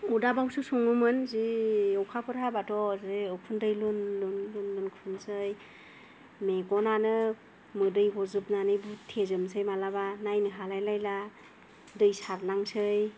अदाबावसो सङोमोन जि अखाफोर हाबाथ' जे उखुन्दै लुन लुन खुनोसै मेगनानो मोदै गजोबनानै बुथेजोबनोसै मालाबा नायनो हालायलायला दै सारनांसै